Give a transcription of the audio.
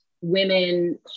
Women